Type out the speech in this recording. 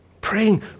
Praying